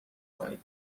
کنید